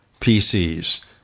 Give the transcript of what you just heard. PCs